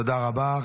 תודה רבה.